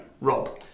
Rob